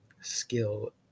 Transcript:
skill